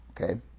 okay